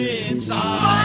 inside